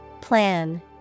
Plan